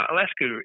Alaska